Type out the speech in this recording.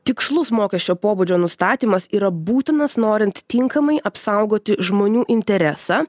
tikslus mokesčio pobūdžio nustatymas yra būtinas norint tinkamai apsaugoti žmonių interesą